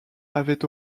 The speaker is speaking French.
avait